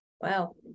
Wow